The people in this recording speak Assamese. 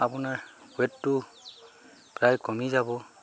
আপোনাৰ ৱেটটো প্ৰায় কমি যাব